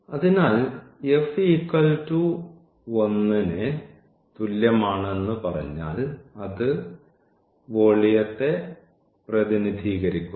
അതിനാൽ f 1 ന് തുല്യമാണെന്ന് പറഞ്ഞാൽ അത് വോളിയത്തെ പ്രതിനിധീകരിക്കുന്നു